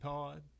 Pod